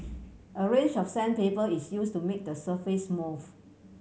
a range of sandpaper is use to make the surface smooth